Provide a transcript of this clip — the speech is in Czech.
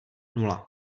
nula